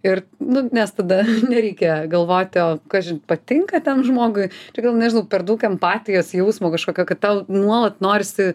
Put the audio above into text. ir nu nes tada nereikia galvoti o kažin patinka ten žmogui todėl nežinau per daug empatijos jausmo kažkokio kad tau nuolat norisi